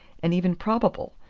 and even probable.